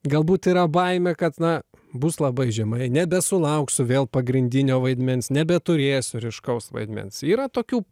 galbūt yra baimė kad na bus labai žemai nebesulauksiu vėl pagrindinio vaidmens nebeturėsiu ryškaus vaidmens yra tokių